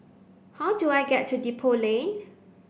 how do I get to Depot Lane